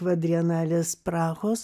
kvadrienalės prahos